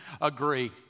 agree